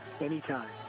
Anytime